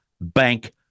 bank